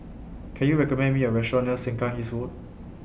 Can YOU recommend Me A Restaurant near Sengkang East Road